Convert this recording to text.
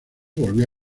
volvió